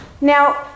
Now